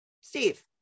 Steve